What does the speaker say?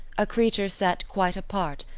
a creature set quite apart,